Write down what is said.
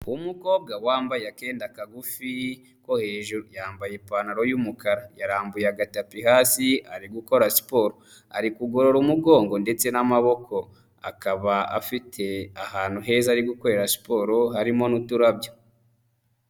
Umukobwa wambaye akenda kagufi ko hejuru, yambaye ipantaro y'umukara ,yarambuye agatapi hasi ari gukora siporo, ari kugorora umugongo ndetse n'amaboko, akaba afite ahantu heza arigukorera siporo harimo n'uturabyo.